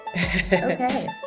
okay